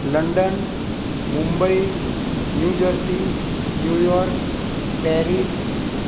London Mumbai New Jersey New York Paris